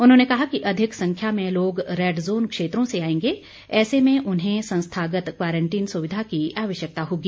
उन्होंने कहा कि अधिक संख्या में लोग रेड ज़ोन क्षेत्रों से आएंगे ऐसे में उन्हें संस्थागत क्वारंटीन सुविधा की आवश्यकता होगी